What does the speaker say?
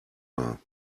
war